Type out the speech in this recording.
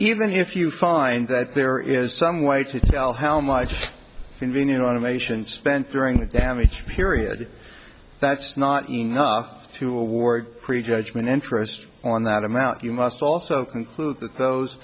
even if you find that there is some way to tell how much convenient automation spent during the damage period that's not enough to award prejudgment interest on that amount you must also conclude that those